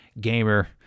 gamer